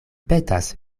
petas